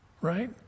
right